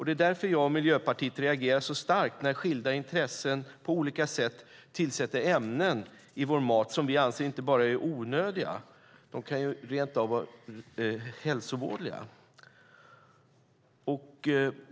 Det är därför jag och Miljöpartiet reagerar så starkt när skilda intressen på olika sätt tillsätter ämnen i vår mat som vi anser är inte bara onödiga utan rent av hälsovådliga.